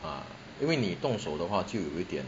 ah 因为你动手的话就会点